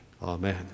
Amen